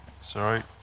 Sorry